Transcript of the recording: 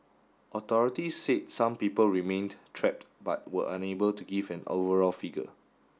authorities said some people remained trapped but were unable to give an overall figure